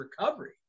recovery